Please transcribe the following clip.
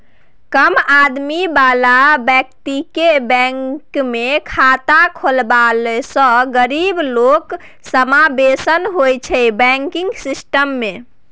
कम आमदनी बला बेकतीकेँ बैंकमे खाता खोलबेलासँ गरीब लोकक समाबेशन होइ छै बैंकिंग सिस्टम मे